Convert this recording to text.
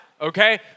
okay